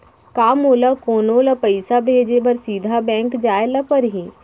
का मोला कोनो ल पइसा भेजे बर सीधा बैंक जाय ला परही?